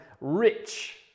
rich